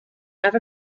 have